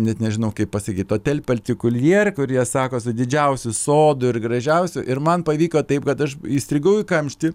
net nežinau kaip pasakyt otel paltikuljier kur jie sako su didžiausiu sodu ir gražiausiu ir man pavyko taip kad aš įstrigau į kamštį